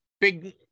big